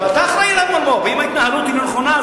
אתה אחראי למולמו"פ אם ההתנהלות היא לא נכונה,